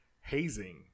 hazing